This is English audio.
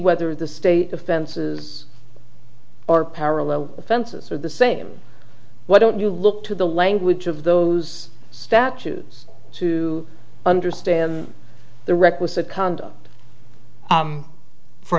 whether the state offenses or parallel offenses are the same why don't you look to the language of those statues to understand the requisite condom for a